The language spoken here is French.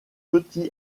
petit